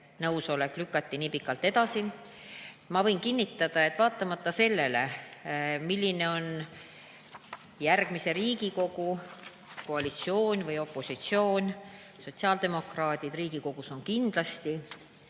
nõusolek – lükati nii pikalt edasi. Ma võin kinnitada, et vaatamata sellele, milline on järgmise Riigikogu koalitsioon või opositsioon, sotsiaaldemokraadid on Riigikogus kindlasti